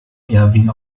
erwin